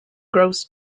grows